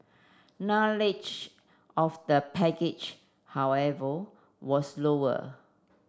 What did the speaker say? knowledge of the package however was lower